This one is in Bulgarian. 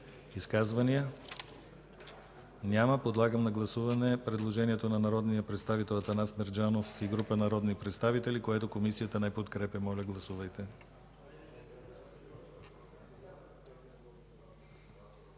Изказвания? Няма. Подлагам на гласуване предложението на народния представител Атанас Мерджанов и група народни представители, което Комисията не подкрепя. Гласували